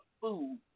food